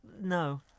no